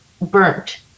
burnt